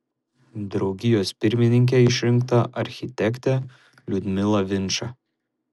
draugijos pirmininke išrinkta architektė liudmila vinča